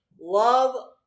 love